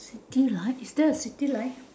city light is there a city light